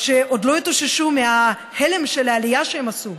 שעוד לא התאוששו מההלם של העלייה שהם עשו,